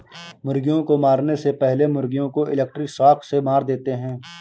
मुर्गियों को मारने से पहले मुर्गियों को इलेक्ट्रिक शॉक से मार देते हैं